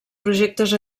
projectes